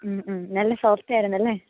നല്ല സോഫ്റ്റ് ആയിരുന്നല്ലേ